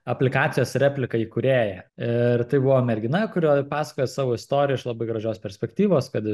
aplikacijos replika įkūrėja ir tai buvo mergina kurioj pasakojo savo istoriją iš labai gražios perspektyvos kad